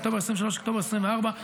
מאוקטובר 2023 לאוקטובר 2024,